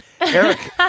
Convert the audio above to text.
Eric